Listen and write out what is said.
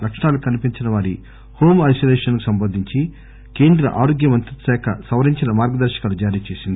లక్షణాలు కనిపించని వారి హోంఐనోలేషన్ కు సంబంధించి కేంద్ర ఆరోగ్యమంత్రిత్వశాఖ సవరించిన మార్గదర్నకాలు జారీచేసింది